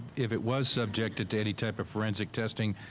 if it was subjected to any type of forensic testing,